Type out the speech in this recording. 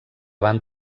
van